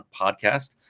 podcast